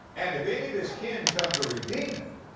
and if any of his kin come to redeem it,